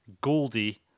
Goldie